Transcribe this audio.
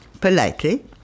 politely